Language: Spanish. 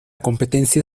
competencia